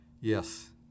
Yes